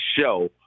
show